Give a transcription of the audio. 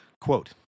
Quote